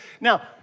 Now